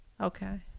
Okay